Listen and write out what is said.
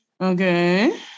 Okay